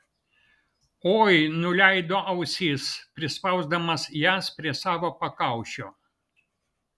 oi nuleido ausis prispausdamas jas prie savo pakaušio